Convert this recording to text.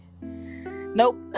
nope